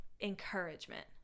encouragement